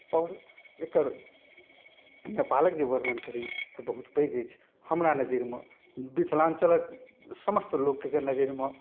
आओर एकर नेपालके जे वर्णन करी तऽ बहुत पैघ अछि हमरा नजरिमे मिथिलाञ्चलके समस्त लोकके नजरिमे